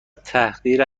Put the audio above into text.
تحقیر